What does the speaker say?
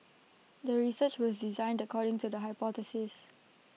the research was designed according to the hypothesis